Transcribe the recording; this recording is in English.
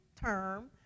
term